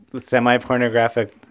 semi-pornographic